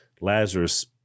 Lazarus